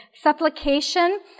Supplication